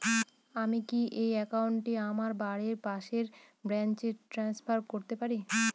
আমি কি এই একাউন্ট টি আমার বাড়ির পাশের ব্রাঞ্চে ট্রান্সফার করতে পারি?